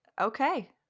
Okay